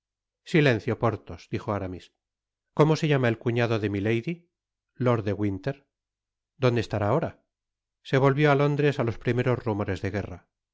silencio porthos dijo aramis como se llama el cuñado de milady lord de winter dónde estará ahora se volvió á lóndres á los primeros rumores de guerra